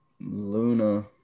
Luna